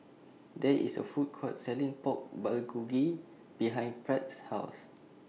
There IS A Food Court Selling Pork Bulgogi behind Pratt's House